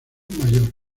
mayor